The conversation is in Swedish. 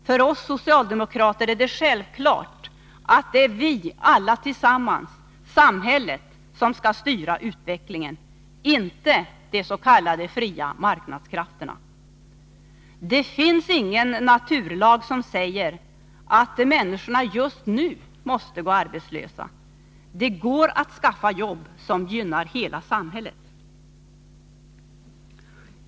För oss socialdemokrater är det självklart att det är vi alla tillsammans, samhället, som skall styra utvecklingen — inte de s.k. fria marknadskrafterna. Det finns ingen naturlag som säger att människorna just nu måste gå arbetslösa. Det går att skaffa jobb som gynnar hela samhället.